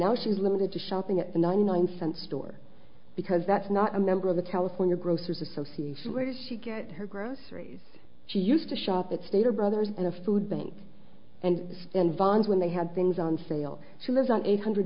now she is limited to shopping at the ninety nine cent store because that's not a member of the california grocers association where does she get her groceries she used to shop it's they are brothers in a food bank and then bond when they had things on sale she lives on eight hundred